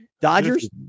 Dodgers